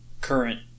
current